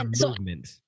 movement